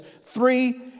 Three